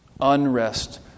Unrest